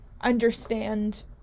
understand